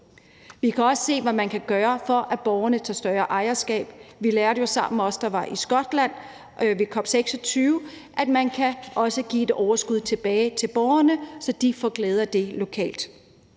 Vi kan også se på, hvad vi kan gøre, for at borgerne tager større ejerskab. Vi, der var i Skotland til COP26 sammen, lærte jo, at man også kan give et overskud tilbage til borgerne, så de får glæde af det lokalt.